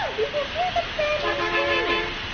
did you hear the fandom screaming?